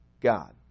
God